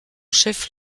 chef